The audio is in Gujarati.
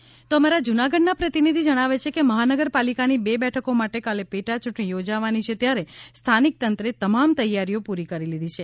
જુનાગઢ યૂંટણી તો અમારા જૂનાગઢ ના પ્રતિનિધિ જણાવે છે કે મહાનગરપાલિકાની બે બેઠકો માટે કાલે પેટા ચૂંટણી યોજાવાની છે ત્યારે સ્થાનિક તંત્રે તમામ તૈયારીઓ પુરી કરી લીધી છે